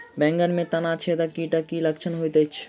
बैंगन मे तना छेदक कीटक की लक्षण होइत अछि?